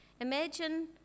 Imagine